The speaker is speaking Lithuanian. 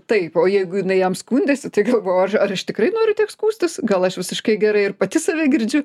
taip o jeigu jinai jam skundėsi tai galvoju ar ar aš tikrai noriu tik skųstis gal aš visiškai gerai ir pati save girdžiu